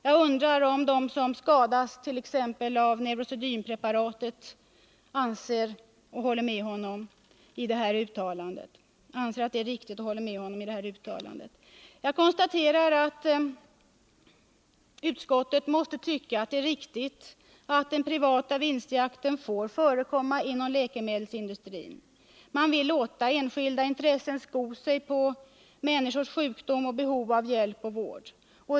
Jag undrar om de som skadats av t.ex. Neurosedynpreparatet ställer sig bakom hans uttalande. Jag konstaterar att utskottet måste tycka att det är riktigt att den privata vinstjakten får förekomma inom läkemedelsindustrin. Man vill låta enskilda intressen sko sig på människors sjukdom och behov av hjälp och vård.